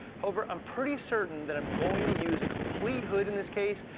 however, i'm pretty certain that i'm going to use a complete hood in this case,